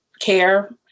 care